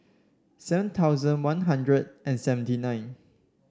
seven thousand One Hundred and seventy nine